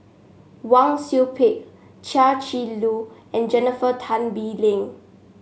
Wang Sui Pick Chia Shi Lu and Jennifer Tan Bee Leng